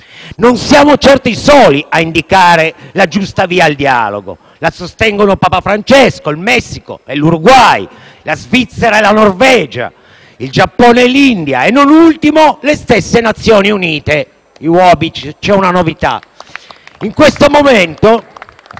Non siamo certo i soli a indicare la giusta via al dialogo: la sostengono Papa Francesco, il Messico e l'Uruguay, la Svizzera e la Norvegia, il Giappone e l'India e - non ultime - le stesse Nazioni Unite. *(Applausi dal Gruppo M5S)*.